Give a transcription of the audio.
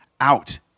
out